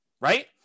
Right